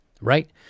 right